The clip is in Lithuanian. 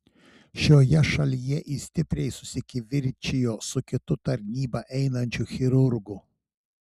šioje šalyje jis stipriai susikivirčijo su kitu tarnybą einančiu chirurgu